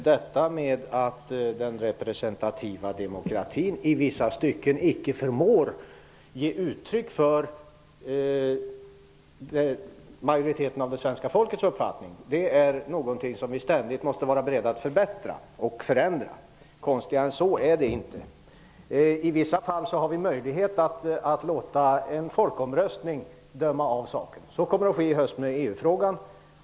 Herr talman! Detta att den representativa demokratin i vissa stycken icke förmår att ge uttryck för majoriteten av det svenska folkets uppfattning är någonting som vi ständigt måste vara beredda att förbättra och förändra. Konstigare än så är det inte. I vissa fall har vi möjlighet att låta saken avgöras genom en folkomröstning. Så kommer att ske i EU frågan.